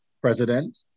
President